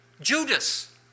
Judas